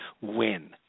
win